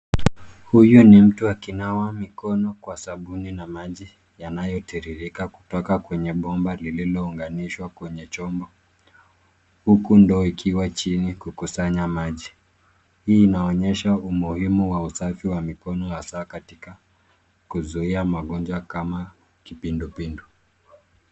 Huyu ni mtu akinawa mikono kwa sabuni na maji yanayotiririka kutoka kwenye bomba lililounganishwa kwenye chombo huku ndoo ikiwa chini kukusanya maji. Hii inaonyesha umuhimu wa usafi wa mikono haswaa katika kuzuia magonjwa kama kipindupindu.